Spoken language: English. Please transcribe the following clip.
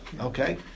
okay